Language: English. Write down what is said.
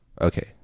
Okay